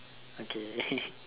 okay